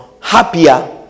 happier